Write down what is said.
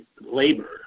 labor